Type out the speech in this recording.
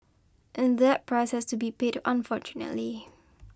and that price has to be paid unfortunately